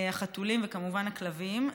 החתולים וכמובן הכלבים,